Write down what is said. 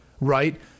right